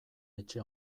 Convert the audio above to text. etxe